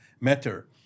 matter